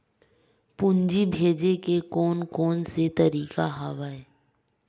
पूंजी भेजे के कोन कोन से तरीका हवय?